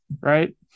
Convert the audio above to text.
right